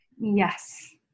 Yes